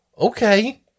okay